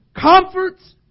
comforts